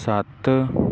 ਸੱਤ